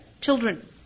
children